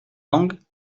langue